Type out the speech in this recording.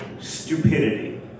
stupidity